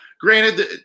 granted